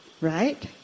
Right